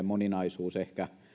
moninaisuus ehkä